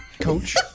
coach